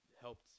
Helped